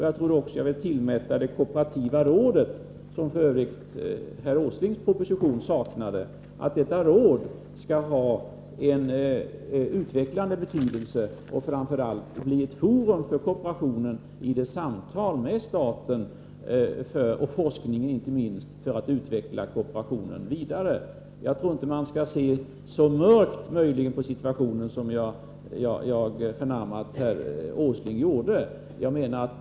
Jag vill också tillmäta det kooperativa rådet, som f. ö. inte fanns med i herr Åslings proposition, en utvecklande betydelse. Framför allt räknar jag med att det skall bli ett forum för samtal mellan kooperationen och staten och att rådet skall få betydelse inte minst när det gäller forskning för att utveckla kooperationen vidare. Jag tycker inte att man skall se så mörkt på situationen som herr Åsling gör.